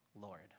Lord